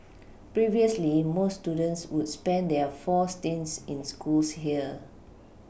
previously most students would spend their four stints in schools here